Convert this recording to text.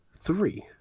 Three